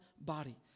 body